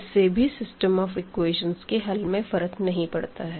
इससे भी system of equations के हल में फर्क नहीं पड़ता है